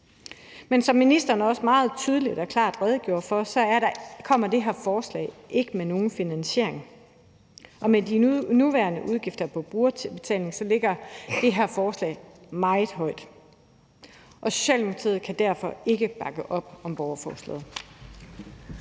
Men som ministeren også meget tydeligt og klart redegjorde for, kommer det her forslag ikke med nogen finansiering, og med de nuværende udgifter på brugerbetaling er det her forslag meget dyrt. Socialdemokratiet kan derfor ikke bakke op om borgerforslaget.